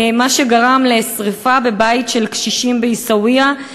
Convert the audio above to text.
מה שגרם לשרפה בבית של קשישים בעיסאוויה,